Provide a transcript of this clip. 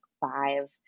five